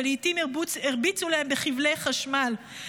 ולעיתים הרביצו להם בכבלי חשמל.